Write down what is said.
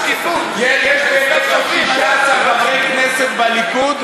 חבר הכנסת מיקי זוהר.